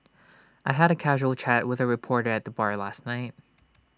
I had A casual chat with A reporter at the bar last night